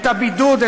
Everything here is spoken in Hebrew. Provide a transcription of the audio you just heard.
את הבידוד,